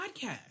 podcast